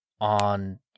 on-